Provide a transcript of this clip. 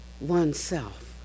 oneself